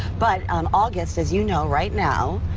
but um august, as you know right now,